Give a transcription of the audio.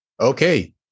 Okay